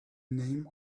name